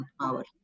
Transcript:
power